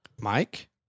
Mike